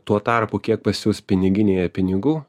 tuo tarpu kiek pas jus piniginėje pinigų